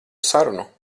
sarunu